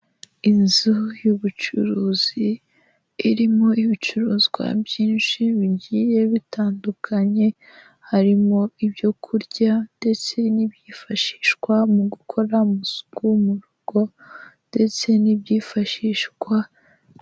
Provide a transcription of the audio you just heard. Inzu y'ubucuruzi irimo ibicuruzwa byinshi bigiye bitandukanye, harimo ibyo kurya ndetse n'ibyifashishwa mu gukora amasuku mu rugo ndetse n'ibyifashishwa.